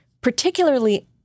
particularly